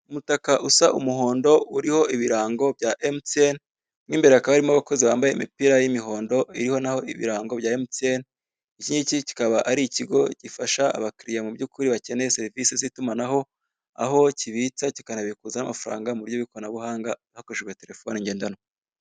Umutaka usa umuhondo uriho ibirango bya emutiyeni. Mu imbere hakaba harimo abakozi bambaye imipira y'imihondo iriho naho ibirango bya emutiyeni. Iki ngiki kikaba ari ikigo gifasha abakiriya mu by'ukuri bakeneye serivise z'itumanaho, aho kibitsa kikanabikuza n'amafaranga mu buryo bw'ikoranabuhanga hakoreshejwe terefone ngendanwa.